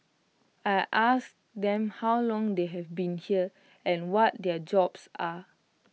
I asked them how long they have been here and what their jobs are